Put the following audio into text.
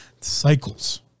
cycles